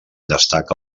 destaca